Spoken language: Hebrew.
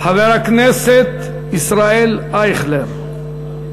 חבר הכנסת ישראל אייכלר.